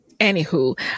anywho